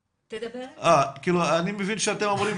כאבא,